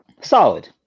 Solid